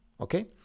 okay